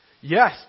Yes